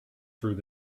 through